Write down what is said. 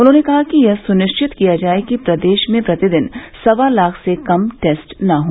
उन्होंने कहा कि यह सुनिश्चित किया जाये कि प्रदेश में प्रतिदिन सवा लाख से कम टेस्ट न हो